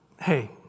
hey